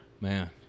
Man